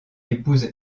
épouse